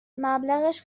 مبلغش